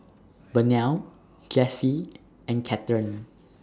Burnell Jessy and Cathern